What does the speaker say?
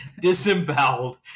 Disemboweled